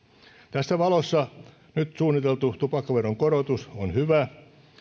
tässä valossa nyt suunniteltu tupakkaveron korotus on hyvä